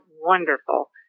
wonderful